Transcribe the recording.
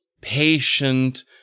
patient